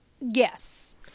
Yes